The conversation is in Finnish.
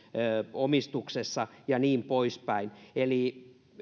omistuksessa ja niin pois päin